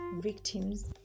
victims